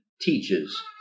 teaches